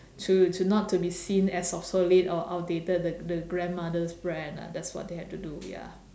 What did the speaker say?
to to not to be seen as obsolete or outdated the the grandmother's brand ah that's what they have to do ya